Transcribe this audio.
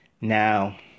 Now